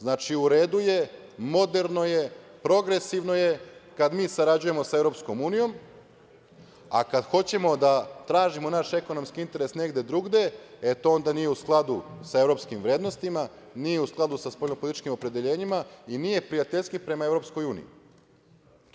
Znači, u redu je, moderno je, progresivno je kada mi sarađujemo sa Evropskom unijom, a kada hoćemo da tražimo naš ekonomski interes negde druge, e, to onda nije u skladu sa evropskim vrednostima, nije u skladu sa spoljnopolitičkim opredeljenjima i nije prijateljski prema Evropskoj uniji.